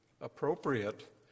appropriate